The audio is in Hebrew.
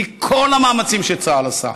כי כל המאמצים שצה"ל עשה,